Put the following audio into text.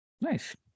Nice